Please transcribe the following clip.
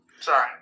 sorry